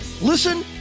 Listen